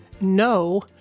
no